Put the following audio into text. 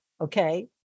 okay